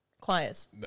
Choirs